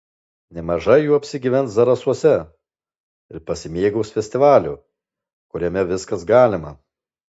nemažai jų apsigyvens zarasuose ir pasimėgaus festivaliu kuriame viskas galima